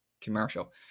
commercial